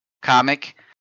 comic